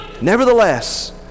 Nevertheless